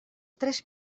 tres